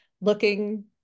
looking